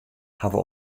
hawwe